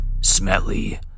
smelly